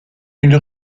une